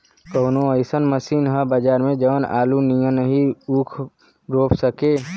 कवनो अइसन मशीन ह बजार में जवन आलू नियनही ऊख रोप सके?